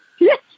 Yes